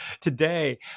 today